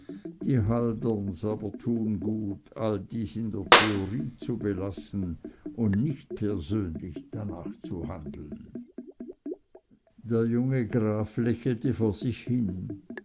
die halderns aber tun gut all dies in der theorie zu belassen und nicht persönlich danach zu handeln der junge graf lächelte vor sich hin